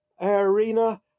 arena